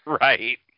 Right